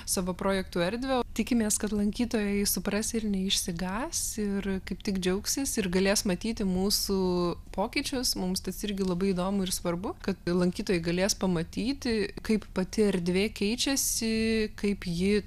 savo projektų erdvę tikimės kad lankytojai supras ir neišsigąs ir kaip tik džiaugsis ir galės matyti mūsų pokyčius mums tas irgi labai įdomu ir svarbu kad lankytojai galės pamatyti kaip pati erdvė keičiasi kaip ji